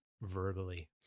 verbally